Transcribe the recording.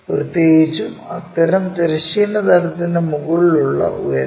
പ്രത്യേകിച്ചും അത്തരം തിരശ്ചീന തലത്തിന് മുകളിലുള്ള ഉയരങ്ങൾ